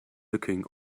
looking